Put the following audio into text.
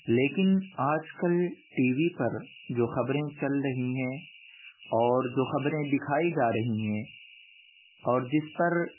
لیکن آج کل ٹی وی پر جو خبریں چل رہی ہیں اور جو خبریں دکھائی جا رہی ہیں اور جس پر